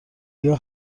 آیا